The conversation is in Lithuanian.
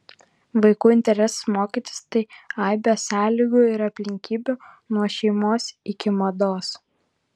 vaikų interesas mokytis tai aibė sąlygų ir aplinkybių nuo šeimos iki mados